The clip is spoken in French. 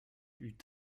eut